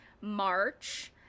March